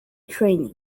training